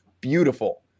beautiful